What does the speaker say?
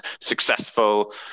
successful